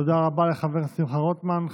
תודה רבה לחבר הכנסת שמחה רוטמן.